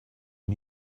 you